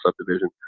Subdivision